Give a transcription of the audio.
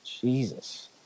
Jesus